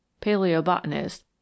paleobotanist